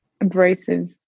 Abrasive